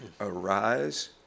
Arise